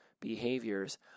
behaviors